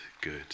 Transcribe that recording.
good